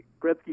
Gretzky